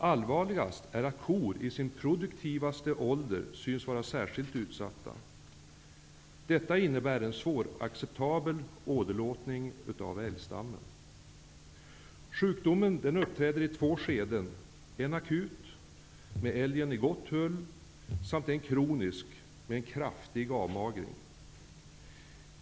Allvarligast är att kor i sin produktivaste ålder synes vara särskilt utsatta. Detta innebär en svåracceptabel åderlåtning av älgstammen. Sjukdomen uppträder i två skeden -- en akut, med älgen i gott hull, och en kronisk, där älgen magrar kraftigt.